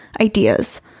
ideas